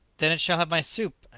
then it shall have my soup,